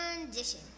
condition